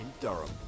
Durham